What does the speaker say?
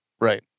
Right